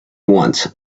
once